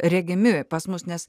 regimi pas mus nes